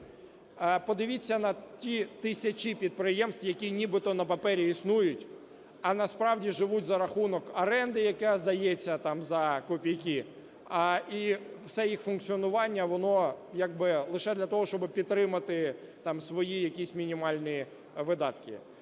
Подивіться на ті тисячі підприємств, які нібито на папері існують, а насправді живуть за рахунок оренди, яка здається там за копійки. І все їх функціонування, воно як би лише для того, щоб підтримати свої якісь мінімальні видатки.